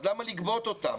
אז למה לגבות אותם?